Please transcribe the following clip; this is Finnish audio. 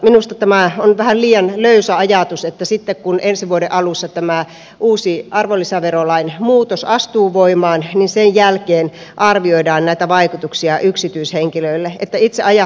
minusta tämä on vähän liian löysä ajatus että sitten kun ensi vuoden alussa tämä uusi arvonlisäverolain muutos astuu voimaan niin sen jälkeen arvioidaan näitä vaikutuksia yksityishenkilöihin